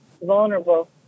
vulnerable